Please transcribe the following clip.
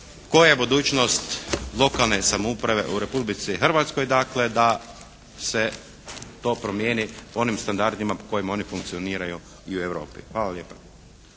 koja je budućnost lokalne samouprave u Republici Hrvatskoj dakle da se to promijeni po onim standardima po kojima oni funkcioniraju i u Europi. Hvala lijepa.